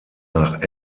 nach